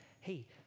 hey